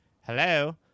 hello